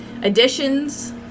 additions